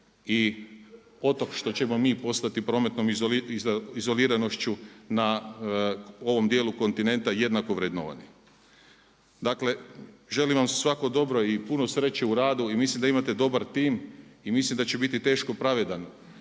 i otok što ćemo mi postati prometnom izoliranošću na ovom dijelu kontinenta jednako vrednovani. Dakle, želim vam svako dobro i puno sreće u radu i mislim da imate dobar tim i mislim da će biti teško pravedan,